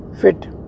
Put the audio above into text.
fit